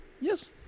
Yes